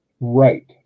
Right